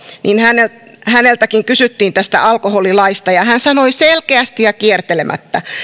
häneltäkin häneltäkin kysyttiin tästä alkoholilaista hän sanoi selkeästi ja kiertelemättä